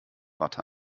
watte